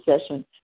session